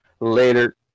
Later